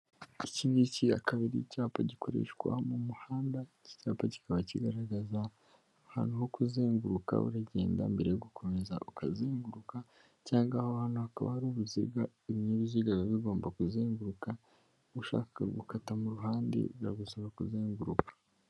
Iki ngiki akaba ari icyapa gikoreshwa mu muhanda, iki cyapa kikaba kigaragaza ahantu ho kuzenguruka, uragenda mbere yo gukomeza ukazenguruka cyangwa aho hantu hakaba hari uruziga ibinyabiziga bigomba kuzenguruka, ushaka gukata mu ruhande biragusaba kuzenguruka.